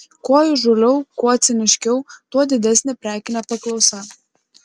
kuo įžūliau kuo ciniškiau tuo didesnė prekinė paklausa